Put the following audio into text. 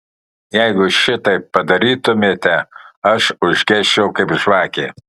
jeigu šitaip padarytumėte aš užgesčiau kaip žvakė